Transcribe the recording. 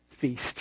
feast